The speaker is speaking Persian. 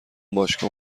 باشگاه